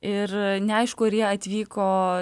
ir neaišku ar jie atvyko